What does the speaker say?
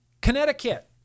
Connecticut